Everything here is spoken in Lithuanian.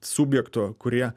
subjekto kurie